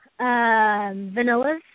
Vanillas